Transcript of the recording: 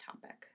topic